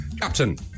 Captain